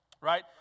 right